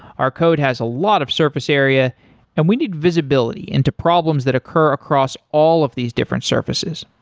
our code has a lot of surface area and we need visibility into problems that occur across all of these different surfaces.